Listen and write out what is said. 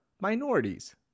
minorities